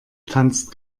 tanzt